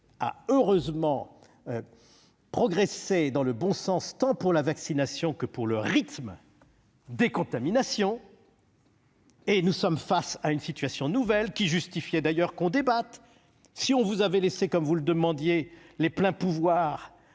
a heureusement évolué dans le bon sens, tant du point de vue de la vaccination que du rythme des contaminations. Nous sommes face à une situation nouvelle, qui justifiait d'ailleurs qu'on en débatte. Si nous vous avions laissé, comme vous le demandiez, les pleins pouvoirs